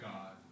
God